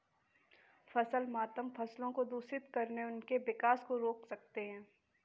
फसल मातम फसलों को दूषित कर उनके विकास को रोक सकते हैं